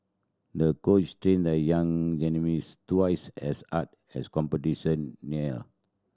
the coach trained the young gymnast twice as hard as competition neared